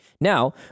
Now